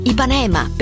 Ipanema